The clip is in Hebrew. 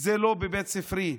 זה לא בבית ספרי.